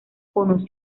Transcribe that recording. como